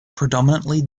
predominantly